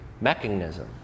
mechanism